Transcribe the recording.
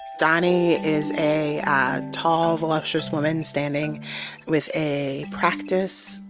doni is a ah tall, voluptuous woman standing with a practice,